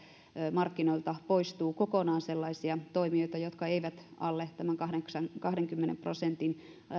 markkinoilta poistuu kokonaan sellaisia toimijoita jotka eivät alle tämän kahdenkymmenen prosentin